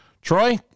Troy